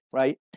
Right